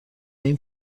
این